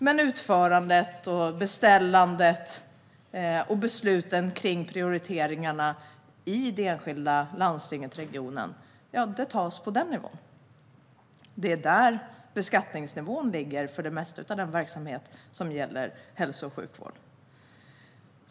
Men besluten kring utförandet, beställandet och prioriteringarna i de enskilda landstingen och regionerna tas på den nivån. Det är där beskattningsnivån ligger för det mesta av den verksamhet som gäller hälso och sjukvård.